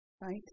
right